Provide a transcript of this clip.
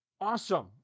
Awesome